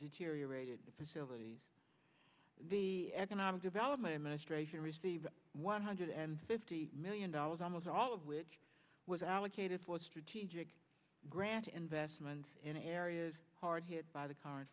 deteriorated facilities the economic development administration received one hundred and fifty million dollars almost all of which was allocated for strategic grant investments in areas hard hit by the current